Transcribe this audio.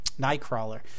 Nightcrawler